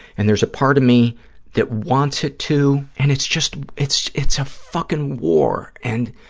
and there's a part of me that wants him to, and it's just, it's it's a fucking war, and